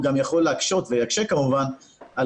הוא גם יכול להקשות ויקשה כמובן על